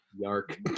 yark